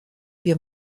wir